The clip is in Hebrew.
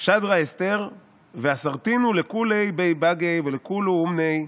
"שדרה אסתר ואסרתינהו לכולהו בי בני ולכולהו אומני"